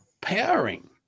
powering